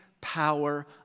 power